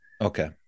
okay